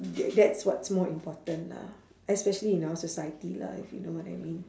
that that's what's more important lah especially in our society lah if you know what I mean